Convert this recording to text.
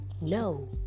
No